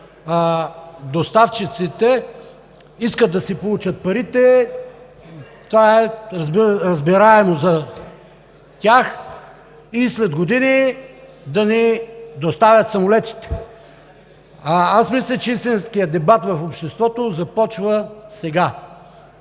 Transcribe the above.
доставчиците, искат да си получат парите. Това е разбираемо за тях, а след години да ни доставят самолетите. Мисля, че истинският дебат в обществото започва сега.